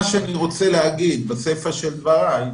בסיפא של דבריי,